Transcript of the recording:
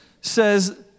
says